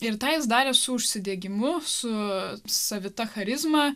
ir tą jis darė su užsidegimu su savita charizma